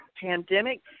pandemic